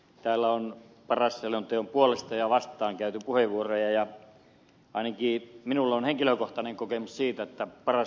täällä on paras selonteon puolesta ja sitä vastaan käytetty puheenvuoroja ja ainakin minulla on henkilökohtainen kokemus siitä että paras hanke ei etene